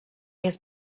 has